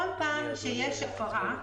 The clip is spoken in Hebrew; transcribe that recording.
כל פעם שיש הפרה,